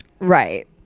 Right